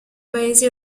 paesi